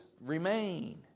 remain